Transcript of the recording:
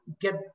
get